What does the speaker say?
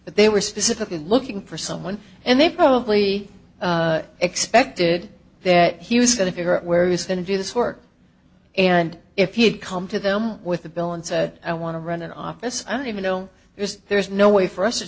but they were specifically looking for someone and they probably expected that he was going to figure out where he's going to do this work and if he'd come to them with the bill and said i want to run an office i don't even know this there's no way for us to